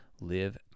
live